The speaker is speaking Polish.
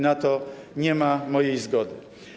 Na to nie ma mojej zgody.